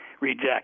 reject